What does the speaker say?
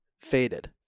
faded